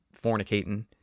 fornicating